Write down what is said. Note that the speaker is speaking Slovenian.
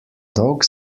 dolg